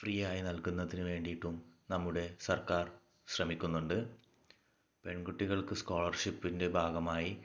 free ആയി നൽകുന്നതിന് വേണ്ടിയിട്ടും നമ്മുടെ സർക്കാർ ശ്രമിക്കുന്നുണ്ട് പെൺകുട്ടികൾക്ക് സ്കോളർഷിപ്പിൻ്റെ ഭാഗമായി